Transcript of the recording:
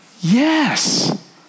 Yes